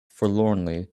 forlornly